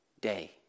day